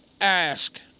ask